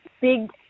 big